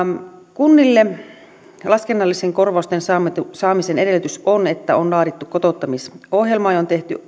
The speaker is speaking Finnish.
kunnille laskennallisten korvausten saamisen saamisen edellytys on että on laadittu kotouttamisohjelma ja on tehty